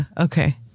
Okay